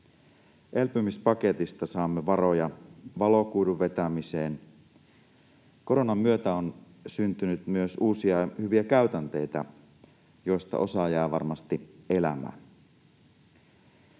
Elpymispaketista saamme varoja valokuidun vetämiseen. Koronan myötä on syntynyt myös uusia hyviä käytänteitä, joista osa jää varmasti elämään.